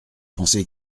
pensez